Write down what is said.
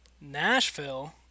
Nashville